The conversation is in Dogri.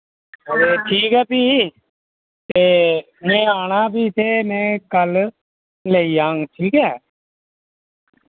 ठीक ऐ फ्ही ते में औना फ्ही ते में कल्ल लेई औङ ठीक ऐ